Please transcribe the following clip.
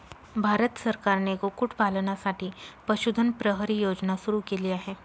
भारत सरकारने कुक्कुटपालनासाठी पशुधन प्रहरी योजना सुरू केली आहे